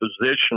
position